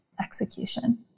execution